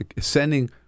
sending